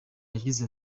yagize